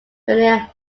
renee